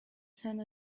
send